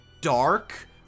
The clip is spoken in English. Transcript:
dark